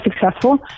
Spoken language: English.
successful